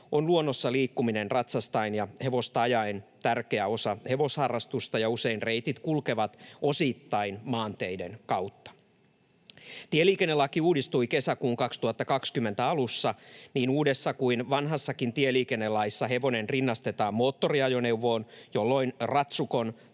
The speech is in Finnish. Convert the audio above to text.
on luonnossa liikkuminen ratsastaen ja hevosta ajaen tärkeä osa hevosharrastusta, ja usein reitit kulkevat osittain maanteiden kautta. Tieliikennelaki uudistui kesäkuun 2020 alussa. Niin uudessa kuin vanhassakin tieliikennelaissa hevonen rinnastetaan moottoriajoneuvoon, jolloin ratsukon